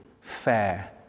fair